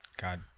God